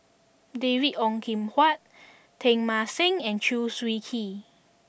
David Ong Kim Huat Teng Mah Seng and Chew Swee Kee